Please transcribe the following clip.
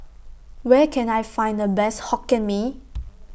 Where Can I Find The Best Hokkien Mee